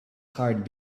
heart